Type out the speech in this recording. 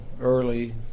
early